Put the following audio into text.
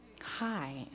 Hi